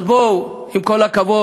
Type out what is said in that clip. אז בואו, עם כל הכבוד,